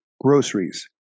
groceries